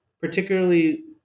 particularly